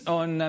on